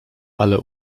ale